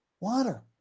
Water